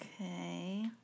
Okay